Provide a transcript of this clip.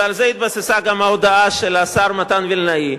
ועל זה התבססה גם ההודעה של השר מתן וילנאי,